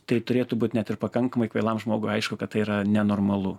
tai turėtų būt net ir pakankamai kvailam žmogui aišku kad tai yra nenormalu